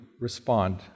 respond